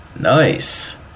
Nice